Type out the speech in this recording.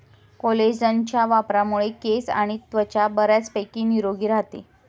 कोलेजनच्या वापरामुळे केस आणि त्वचा बऱ्यापैकी निरोगी राहते